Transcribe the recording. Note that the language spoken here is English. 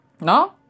no